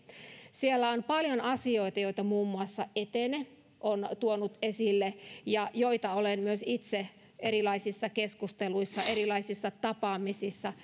siellä on paljon asioita joita muun muassa etene on tuonut esille ja joita olen myös itse erilaisissa keskusteluissa erilaisissa tapaamisissa